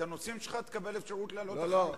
את הנושאים שלך תקבל אפשרות להעלות אחר כך.